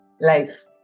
Life